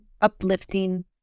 uplifting